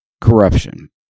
corruption